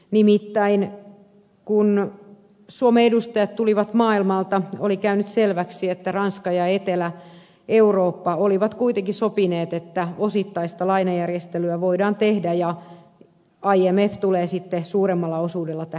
nimittäin kun suomen edustajat tulivat maailmalta oli käynyt selväksi että ranska ja etelä eurooppa olivat kuitenkin sopineet että osittaista lainajärjestelyä voidaan tehdä ja imf tulee sitten suuremmalla osuudella tähän mukaan